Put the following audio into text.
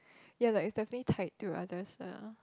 ya like it's definitely tied to others ah